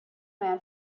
man